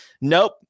nope